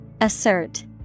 Assert